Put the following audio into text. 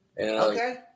Okay